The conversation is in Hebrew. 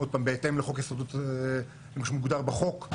בהתאם למה שמוגדר בחוק,